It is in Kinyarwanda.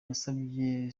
yasabye